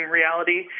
reality